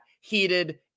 heated